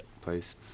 place